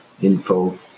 Info